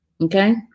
Okay